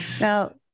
Now